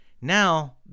Now